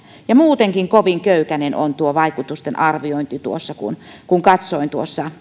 ja muutenkin kovin köykäinen on tuo vaikutusten arviointi kun katsoin